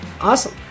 awesome